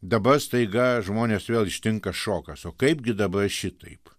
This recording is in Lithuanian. dabar staiga žmones vėl ištinka šokas o kaipgi dabar šitaip